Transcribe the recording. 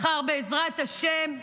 מחר, בעזרת השם,